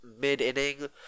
mid-inning